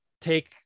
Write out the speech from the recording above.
take